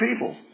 people